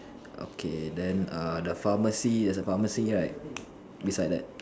okay then err the pharmacy is pharmacy right beside that